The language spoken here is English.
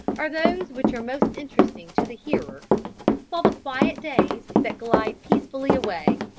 are those which are most interesting to the hearer while the quiet days, that glide peacefully away,